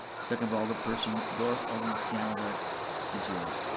second by alderperson dorff, alderman scannell, that is yours. yeah